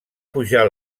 pujar